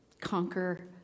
Conquer